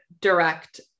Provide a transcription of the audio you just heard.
direct